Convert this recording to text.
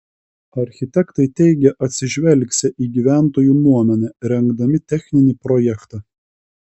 architektai teigė atsižvelgsią į gyventojų nuomonę rengdami techninį projektą